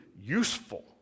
useful